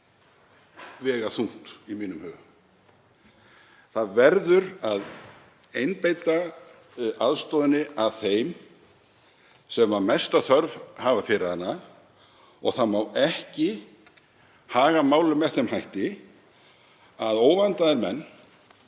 vega þungt í mínum huga. Það verður að beina aðstoðinni að þeim sem mesta þörf hafa fyrir hana og það má ekki haga málum með þeim hætti að óvandaðir menn